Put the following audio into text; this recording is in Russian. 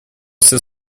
все